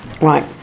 right